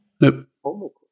Nope